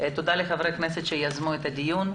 תודה לחברי הכנסת שיזמו את הדיון.